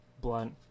Blunt